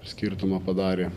skirtumą padarė